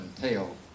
tail